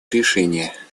решения